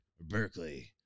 berkeley